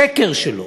השקר שלו,